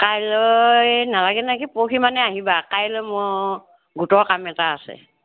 কাইলৈ নেলাগে নেকি পৰহি মানে আহিবা কাইলৈ মই গোটৰ কাম এটা আছে